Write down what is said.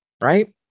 right